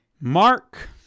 Mark